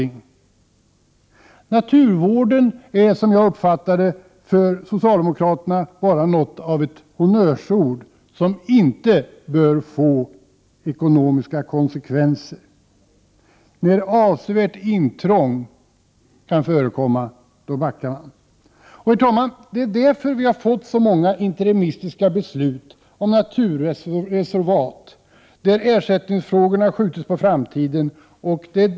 Naturvård är, som jag uppfattar det, för socialdemokraterna bara något av ett honnörsord som inte bör få ekonomiska konsekvenser. När avsevärt intrång kan förekomma backar man. Herr talman! Det är därför vi har fått så många interimistiska beslut om naturreservat, där ersättningsfrågorna skjuts på framtiden.